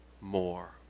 more